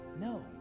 No